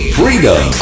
freedom